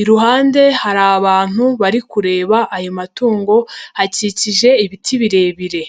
Iruhande hari abantu bari kureba ayo matungo, hakikije ibiti birebire.